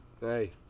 hey